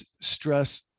stress